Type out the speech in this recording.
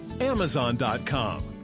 amazon.com